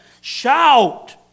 shout